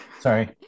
Sorry